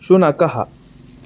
शुनकः